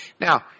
Now